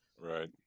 right